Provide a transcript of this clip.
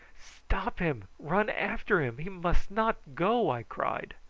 stop him! run after him! he must not go, i cried.